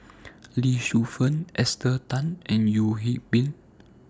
Lee Shu Fen Esther Tan and Yeo Hwee Bin